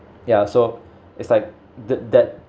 ya so it's like the that